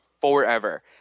forever